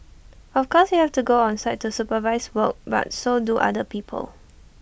of course you have to go on site to supervise work but so do other people